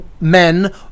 men